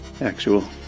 actual